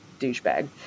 douchebag